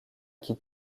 qui